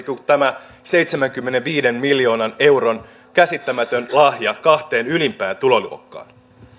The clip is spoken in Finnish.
kuin tämä seitsemänkymmenenviiden miljoonan euron käsittämätön lahja kahteen ylimpään tuloluokkaan kolmanneksi